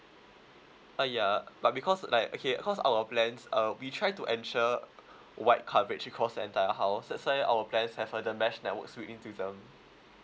uh ya but because like okay cause our plans uh we try to ensure wide coverage across the entire house that's why our plans have uh the mesh networks built into them